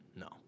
No